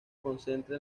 concentra